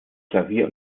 klavier